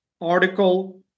article